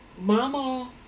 mama